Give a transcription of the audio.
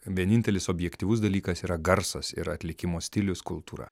vienintelis objektyvus dalykas yra garsas ir atlikimo stilius kultūra